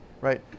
right